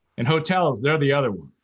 and hotels, they're the other one.